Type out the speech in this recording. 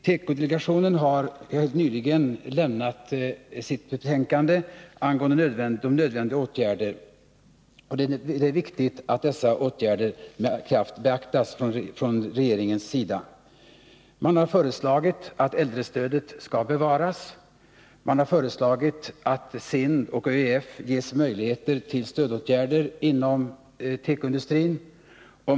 Tekodelegationen har helt nyligen lämnat sitt betänkande angående nödvändiga åtgärder, och det är viktigt att dessa med kraft beaktas från regeringens sida. Man har föreslagit att äldrestödet skall bevaras. Man har föreslagit att SIND och ÖEF skall ges möjligheter till stödåtgärder inom tekoindustrin.